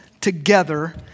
together